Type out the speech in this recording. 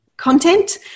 content